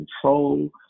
control